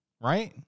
right